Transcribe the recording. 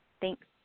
Thanks